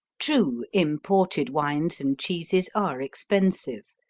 true, imported wines and cheeses are expensive.